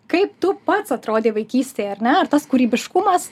kaip tu pats atrodei vaikystėj ar ne ar tas kūrybiškumas